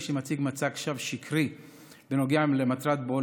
מי שמציג מצג שווא שקרי בנוגע למטרת בואו